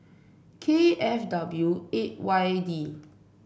K F W eight Y D